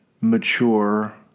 mature